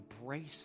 embrace